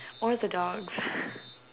or the dogs